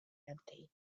empty